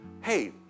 hey